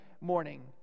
morning